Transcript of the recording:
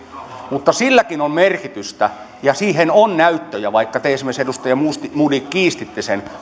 mutta silläkin on merkitystä ja on näyttöjä siitä vaikka esimerkiksi te edustaja modig modig kiistitte sen